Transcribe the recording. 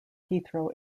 heathrow